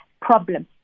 problem